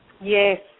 Yes